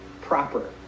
proper